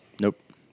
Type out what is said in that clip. Nope